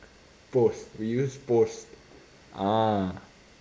post we use post ah